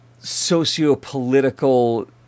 sociopolitical